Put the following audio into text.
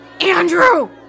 Andrew